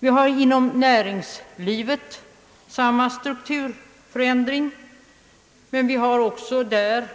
Vi har inom näringslivet samma strukturförändring, men vi har också där